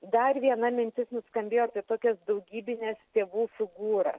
dar viena mintis nuskambėjo apie tokias daugybines tėvų figūras